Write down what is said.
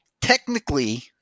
technically